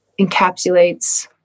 encapsulates